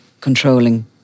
controlling